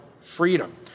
freedom